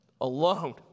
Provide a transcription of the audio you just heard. alone